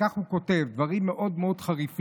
וכך הוא כותב, דברים מאוד מאוד חריפים.